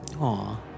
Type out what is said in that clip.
Aw